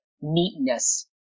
neatness